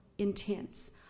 intense